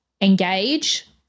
engage